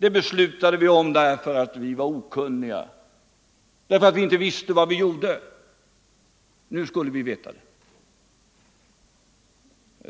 de beslut som fattats om denna verksamhet kommit till därför att vi var okunniga och inte visste vad vi gjorde — nu skulle vi veta det.